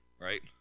right